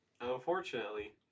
unfortunately